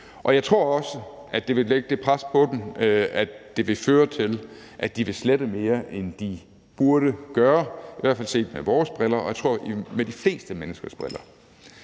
dag. Jeg tror også, at det vil lægge et pres på dem, som vil føre til, at de vil slette mere, end de burde gøre – i hvert fald set med vores briller, og jeg tror med de fleste menneskers briller.